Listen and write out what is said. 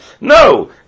No